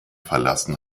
verlassen